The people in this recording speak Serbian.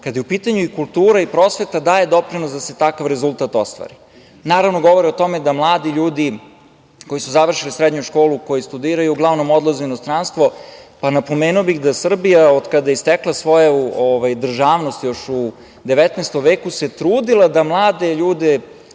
kada je su u pitanju i kultura i prosveta, daje doprinos da se takav rezultat ostvari. Naravno, govore o tome da mladi ljudi koji su završili srednju školu, koji studiraju uglavnom odlaze u inostranstvo. Napomenuo bih da se Srbija od kada je stekla svoju državnost, još u 19. veku, trudila da mlade ljude